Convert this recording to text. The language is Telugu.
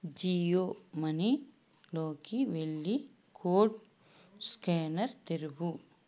జియో మనీలోకి వెళ్ళి కోడ్ స్క్యానర్ తెరువు